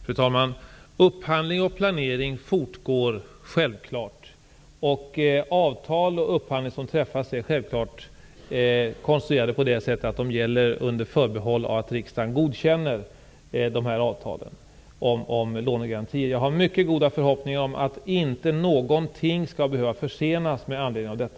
Fru talman! Upphandling och planering fortgår självfallet. Avtal om upphandling som träffats är konstruerade på så sätt att de gäller under förbehåll att riksdagen godkänner dessa avtal om lånegarantier. Jag har mycket goda förhoppningar om att inte någonting skall behöva försenas med anledning av detta.